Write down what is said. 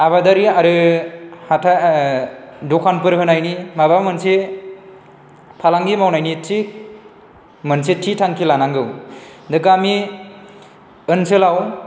आबादारि आरो हाथाइ दखानफोर होनायनि माबा मोनसे फालांगि मावनायनि थि मोनसे थि थांखि लानांगौ गामि ओनसोलाव